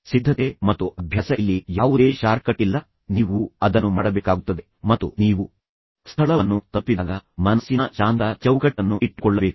ಸಿದ್ಧತೆ ಮತ್ತು ಅಭ್ಯಾಸ ಇಲ್ಲಿ ಯಾವುದೇ ಶಾರ್ಟ್ಕಟ್ ಇಲ್ಲ ನೀವು ಅದನ್ನು ಮಾಡಬೇಕಾಗುತ್ತದೆ ಮತ್ತು ನೀವು ಸ್ಥಳವನ್ನು ತಲುಪಿದಾಗ ಮನಸ್ಸಿನ ಶಾಂತ ಚೌಕಟ್ಟನ್ನು ಇಟ್ಟುಕೊಳ್ಳಬೇಕು